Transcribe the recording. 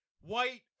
white